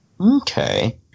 Okay